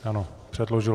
Ano, předložil.